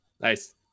Nice